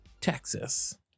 Texas